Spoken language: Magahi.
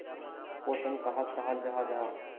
पोषण कहाक कहाल जाहा जाहा?